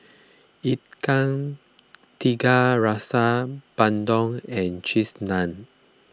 Ikan Tiga Rasa Bandung and Cheese Naan